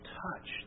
touch